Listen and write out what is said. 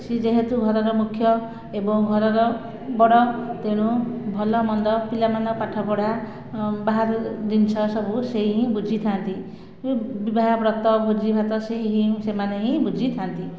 ସେ ଯେହେତୁ ଘରର ମୁଖ୍ୟ ଏବଂ ଘରର ବଡ଼ ତେଣୁ ଭଲମନ୍ଦ ପିଲାମାନଙ୍କ ପାଠପଢ଼ା ବାହାର ଜିନିଷ ସବୁ ସେ ହିଁ ବୁଝିଥାନ୍ତି ବିବାହ ବ୍ରତ ଭୋଜିଭାତ ସେ ହିଁ ସେମାନେ ହିଁ ବୁଝିଥାନ୍ତି